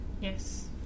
Yes